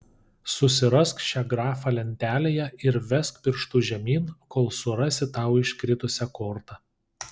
susirask šią grafą lentelėje ir vesk pirštu žemyn kol surasi tau iškritusią kortą